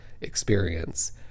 experience